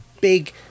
big